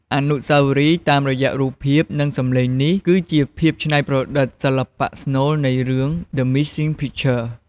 អនុស្សាវរីយ៍តាមរយៈរូបភាព និងសំឡេងនេះគឺជាភាពច្នៃប្រឌិតសិល្បៈស្នូលនៃ រឿង "The Missing Picture"។